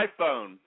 iPhone